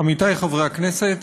עמיתי חברי הכנסת,